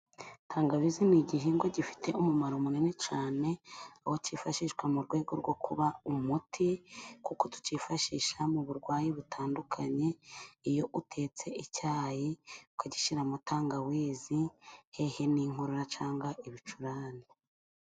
Tangawizi ni igihingwa gifite umumaro munini cyane. Aho kifashishwa mu rwego rwo kuba umuti, kuko tukifashisha mu burwayi butandukanye. Iyo utetse icyayi ukagishyiramo tangawizi, hehe n'inkorora cyangwa ibicurane.